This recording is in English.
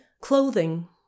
Clothing